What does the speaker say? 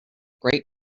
great